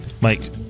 Mike